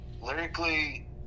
lyrically